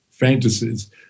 fantasies